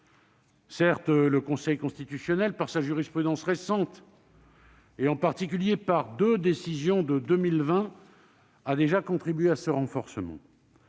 Certes, le Conseil constitutionnel, par sa jurisprudence récente, en particulier par deux décisions de 2020, a déjà contribué à ce renforcement.